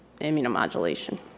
immunomodulation